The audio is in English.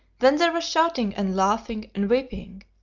then there was shouting and laughing and weeping,